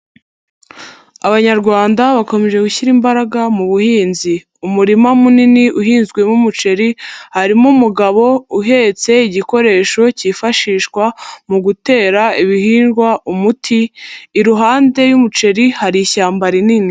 Abanyarwanda bakomeje gushyira imbaraga mu buhinzi, umurima munini uhinzwemo umuceri harimo umugabo uhetse igikoresho cyifashishwa mu gutera ibihingwa umuti, iruhande y'umuceri hari ishyamba rinini.